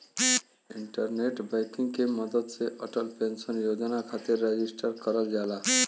internet banking के मदद से अटल पेंशन योजना खातिर रजिस्टर करल जाला